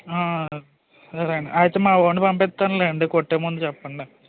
సరే అండి అయితే మా వాడిని పంపిత్తాను లెండి కొట్టే ముందు చెప్పండి